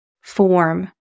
form